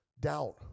Doubt